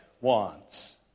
wants